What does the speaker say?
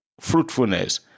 fruitfulness